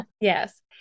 Yes